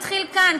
התחיל כאן,